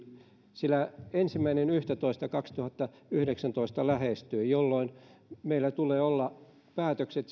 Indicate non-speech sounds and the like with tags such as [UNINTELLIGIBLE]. sillä ensimmäinen yhdettätoista kaksituhattayhdeksäntoista lähestyy jolloin meillä tulee olla päätökset [UNINTELLIGIBLE]